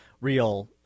real